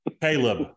Caleb